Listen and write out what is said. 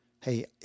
Hey